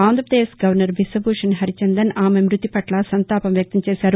Andhra Pradesh governor Biswabhusan Harichandan ఆమె మ్బతి పట్ల సంతాపం వ్యక్తం చేశారు